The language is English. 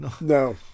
No